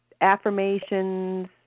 affirmations